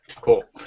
cool